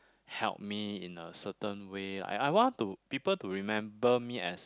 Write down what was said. help me in a certain way I I want to people to remember me as